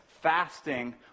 Fasting